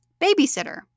babysitter